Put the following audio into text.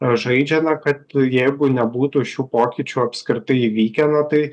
žaidžiama kad jeigu nebūtų šių pokyčių apskritai įvykę na tai